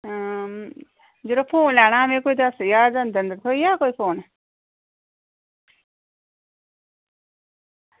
अं यरो में कोई फोन लैना हा दस्स ज्हार दे अंदर अंदर थ्होई जाह्ग कोई फोन